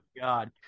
God